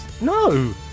No